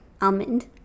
Almond